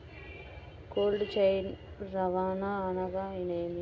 Cold chain రవాణా అనగా నేమి?